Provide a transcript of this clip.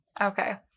okay